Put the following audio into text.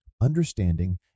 understanding